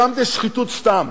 שם זה שחיתות סתם.